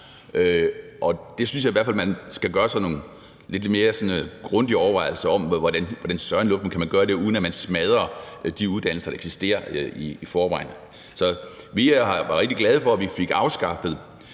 i hvert fald, man skal gøre sig nogle lidt mere grundige overvejelser om, hvordan man kan gøre det, uden at man smadrer de uddannelser, der eksisterer i forvejen. Så vi var rigtig glade for, at vi fik afskaffet